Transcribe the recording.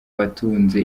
batunze